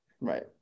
Right